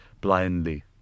blindly